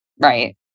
Right